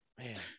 Man